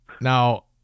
Now